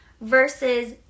versus